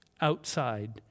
outside